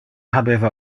habeva